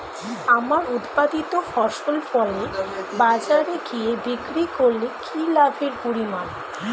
আমার উৎপাদিত ফসল ফলে বাজারে গিয়ে বিক্রি করলে কি লাভের পরিমাণ?